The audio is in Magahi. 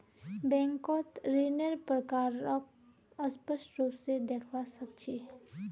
बैंकत ऋन्नेर प्रकारक स्पष्ट रूप से देखवा सके छी